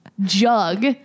jug